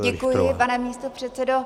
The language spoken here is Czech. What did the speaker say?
Děkuji, pane místopředsedo.